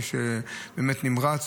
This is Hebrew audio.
איש באמת נמרץ.